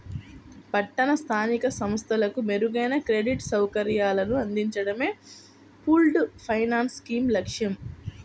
పట్టణ స్థానిక సంస్థలకు మెరుగైన క్రెడిట్ సౌకర్యాలను అందించడమే పూల్డ్ ఫైనాన్స్ స్కీమ్ లక్ష్యం